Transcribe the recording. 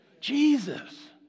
Jesus